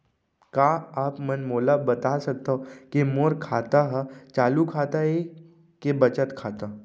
का आप मन मोला बता सकथव के मोर खाता ह चालू खाता ये के बचत खाता?